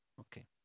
Okay